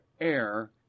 air